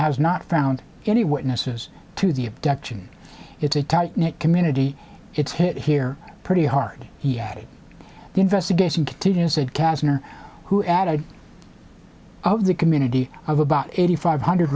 has not found any witnesses to the abduction it's a tight knit community it's hit here pretty hard yet the investigation continues it kastner who added of the community of about eighty five hundred